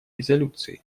резолюции